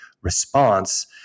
response